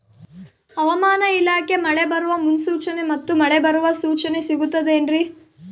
ಹವಮಾನ ಇಲಾಖೆ ಮಳೆ ಬರುವ ಮುನ್ಸೂಚನೆ ಮತ್ತು ಮಳೆ ಬರುವ ಸೂಚನೆ ಸಿಗುತ್ತದೆ ಏನ್ರಿ?